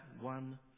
one